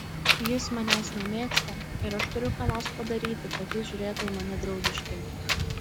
jis manęs nemėgsta ir aš turiu ką nors padaryti kad jis žiūrėtų į mane draugiškai